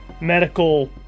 medical